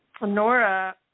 Nora